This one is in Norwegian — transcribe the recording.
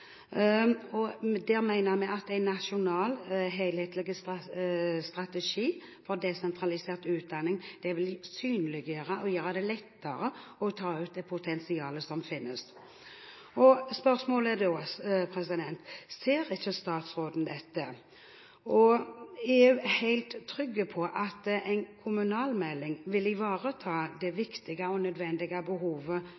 og der mener vi at en nasjonal, helhetlig strategi for desentralisert utdanning vil synliggjøre og gjøre det lettere å ta ut det potensialet som finnes. Spørsmålet er da om ikke statsråden ser dette. Er hun helt trygg på at en kommunalmelding vil ivareta det